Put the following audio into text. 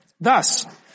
Thus